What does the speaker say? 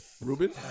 Ruben